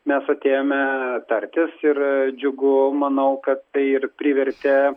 mes atėjome tartis ir džiugu manau kad tai ir privertė